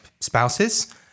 spouses-